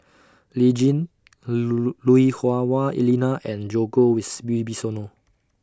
Lee Tjin Lui Hah Wah Elena and Djoko